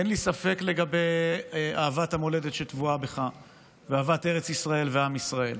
אין לי ספק לגבי אהבת המולדת שטבועה בך ואהבת ארץ ישראל ועם ישראל,